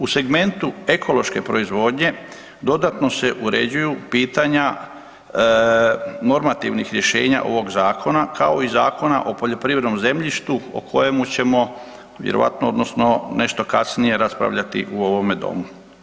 U segmentu ekološke proizvodnje dodatno se uređuju pitanja normativnih rješenja ovog zakona kao i Zakona o poljoprivrednom zemljištu o kojemu ćemo vjerojatno odnosno nešto kasnije raspravljati u ovome domu.